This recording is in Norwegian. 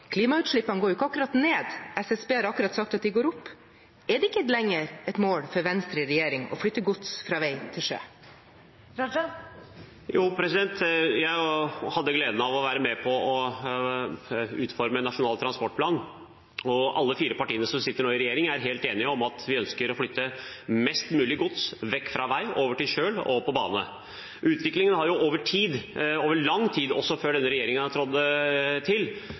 Klimautslippene går ikke akkurat ned, SSB har akkurat sagt at de går opp. Er det ikke lenger et mål for Venstre i regjering å flytte gods fra vei til sjø? Jo – jeg hadde gleden av å være med på å utforme Nasjonal transportplan, og alle fire partiene som nå sitter i regjering, er helt enige om at vi ønsker å flytte mest mulig gods vekk fra vei og over til kjøl og på bane. Utviklingen har over tid – over lang tid, også før denne